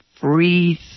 free